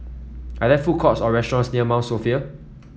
are there food courts or restaurants near Mount Sophia